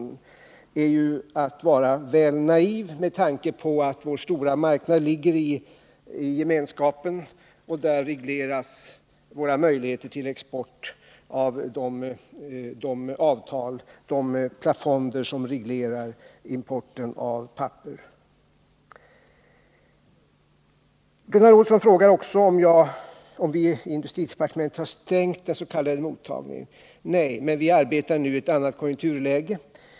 Det är ju att vara väl naiv med tanke på att vår stora marknad ligger i Gemenskapen, och där regleras våra möjligheter till export av de avtal, de plafonder som reglerar importen av papper. Gunnar Olsson frågar om vi i industridepartementet har stängt den s.k. mottagningen. Nej, men vi arbetar nu i ett annat konjunkturläge.